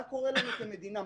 מה קורה לנו, כמדינה?